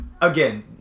Again